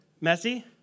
Messy